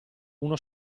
uno